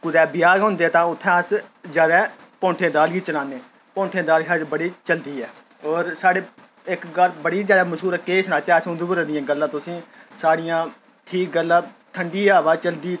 कुतै ब्याह् गै होंदे तां उत्थै अस जैदा भोंठे दी दाल ई चलान्ने भोंठे दी दाल साढ़ी बड़ी चलदी ऐ और साढ़े इक गल्ल बड़ी जैदा मश्हूर ऐ केह् सनाचै अस उधमपुरै दियां गल्लां तुसें ई साढ़ियां एह् गल्लां ठंडी हवा चलदी